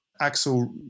Axel